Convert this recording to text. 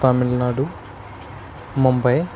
Tamil Nadu Mumbai